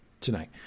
tonight